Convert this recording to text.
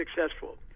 successful